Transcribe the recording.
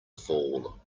fall